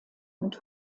und